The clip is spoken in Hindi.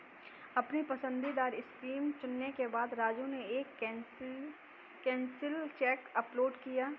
अपनी पसंदीदा स्कीम चुनने के बाद राजू ने एक कैंसिल चेक अपलोड किया